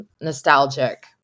nostalgic